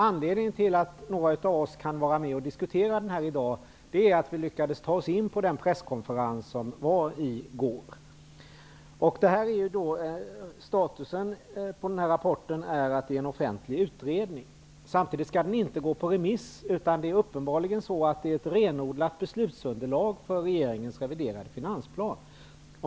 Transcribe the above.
Anledningen till att några av oss kan vara med och diskutera den i dag är att vi lyckades ta oss in på den presskonferens som hölls i går. Statusen på denna rapport är att den är en offentlig utredning. Samtidigt skall den inte gå ut på remiss, utan det är uppenbarligen så att den är ett renodlat beslutsunderlag för regeringens reviderade finansplan.